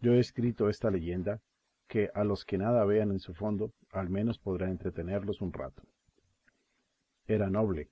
yo he escrito esta leyenda que a los que nada vean en su fondo al menos podrá entretenerlos un rato era noble